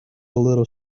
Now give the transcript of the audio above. little